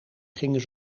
gingen